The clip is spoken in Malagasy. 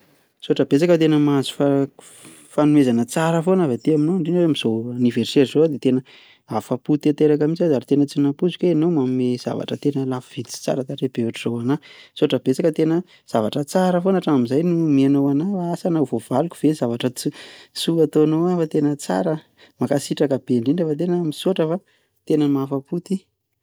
Misaotra betsaka fa tena mahazo fanomezana tsara foana avy aty aminao indrindra amin'izao aniversera izao dia tena afapo tanteraka mihintsy aho ary tena tsy nampoiziko hoe enao manome zavatra tena lafo vidy sy tsara tarehy be otr'izao an'ahy, misaotra betsaka tena zavatra tsara foana hatramizay no nomenao an'ahy asa na ho voavaliko ve ny zavatra soa nataonao ahy fa tena tsara a, mankasitraka be indrindra fa tena misaotra fa tena mahafapo ity.